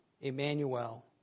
Emmanuel